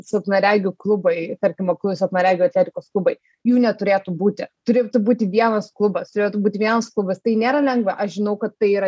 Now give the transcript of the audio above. silpnaregių klubai tarkim aklųjų silpnaregių atletikos klubai jų neturėtų būti turėtų būti vienas klubas turėtų būti vienas kubas tai nėra lengva aš žinau kad tai yra